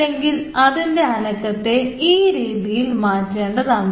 അല്ലെങ്കിൽ അതിൻറെ അനക്കത്തെ ആ രീതിയിൽ മാറ്റേണ്ടതാണ്